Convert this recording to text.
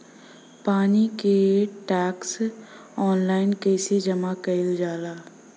पानी क tax online कईसे जमा कईल जाला?